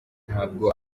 ntabwo